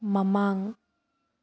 ꯃꯃꯥꯡ